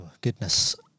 goodness